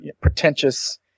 pretentious